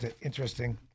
interesting